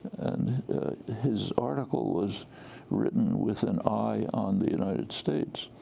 and his article was written with an eye on the united states.